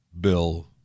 Bill